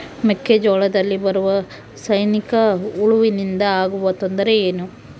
ಮೆಕ್ಕೆಜೋಳದಲ್ಲಿ ಬರುವ ಸೈನಿಕಹುಳುವಿನಿಂದ ಆಗುವ ತೊಂದರೆ ಏನು?